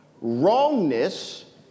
Wrongness